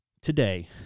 today